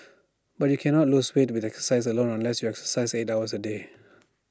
but you cannot lose weight with exercise alone unless you exercise eight hours A day